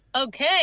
Okay